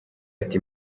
ati